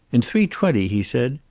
in three-twenty? he said.